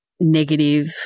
negative